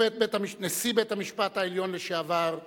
נשיא בית-המשפט העליון לשעבר,